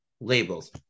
labels